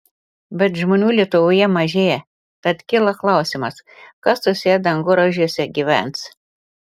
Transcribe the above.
bet žmonių lietuvoje mažėja tad kyla klausimas kas tuose dangoraižiuose gyvens